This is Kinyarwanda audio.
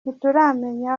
ntituramenya